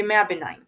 ימי הביניים